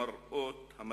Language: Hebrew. מראות המשרפות.